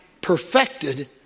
perfected